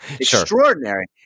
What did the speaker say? Extraordinary